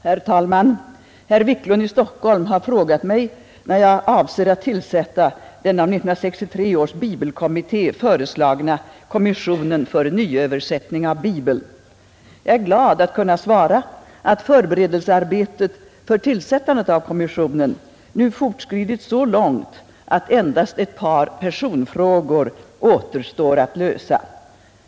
Herr talman! Herr Wiklund i Stockholm har frågat mig, när jag avser att tillsätta den av 1963 års bibelkommitté föreslagna kommissionen för nyöversättning av Bibeln. Jag är glad att kunna svara att förberedelsearbetet för tillsättandet av kommissionen nu fortskridit så långt, att endast ett par personfrågor återstår att lösa.